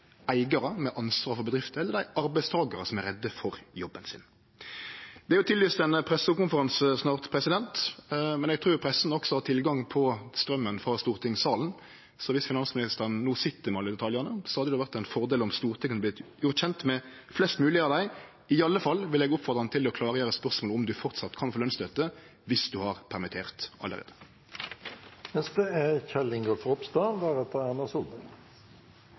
eigarar med ansvaret for bedrifter, eller dei er arbeidstakarar som er redde for jobben sin. Det er jo tillyst ein pressekonferanse snart, men eg trur pressa også har tilgang på straumen frå stortingssalen, så om finansministeren no sit med alle detaljane, hadde det vore ein fordel om Stortinget hadde vorte gjort kjend med flest mogleg av dei. I alle fall vil eg oppmode han til å klargjere spørsmålet om ein fortsatt kan få lønsstøtte om ein har permittert allereie. Vi er